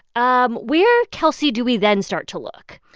um where, kelsey, do we then start to look?